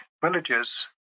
villages